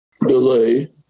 delay